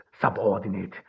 subordinate